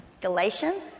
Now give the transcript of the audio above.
Galatians